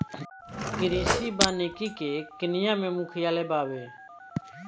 कृषि वानिकी के केन्या में मुख्यालय बावे